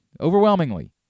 Overwhelmingly